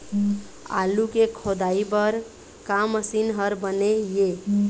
आलू के खोदाई बर का मशीन हर बने ये?